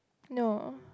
no